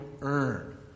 earn